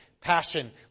Passion